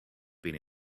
been